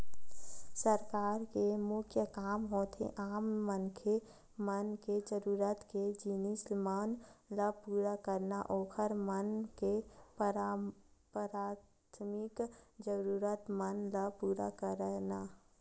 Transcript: सरकार के मुख्य काम होथे आम मनखे मन के जरुरत के जिनिस मन ल पुरा करना, ओखर मन के पराथमिक जरुरत मन ल पुरा करना